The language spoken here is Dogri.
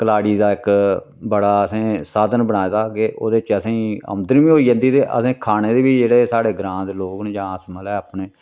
कलाड़ी दा इक बड़ा असें साधन बनाए दे हा के ओह्दे च असेंगी औंदन बी होई जंदी ही ते असेंगी खाने बी जेह्डे साढ़े ग्रांऽ दे लोक न जां अस मतलब अपने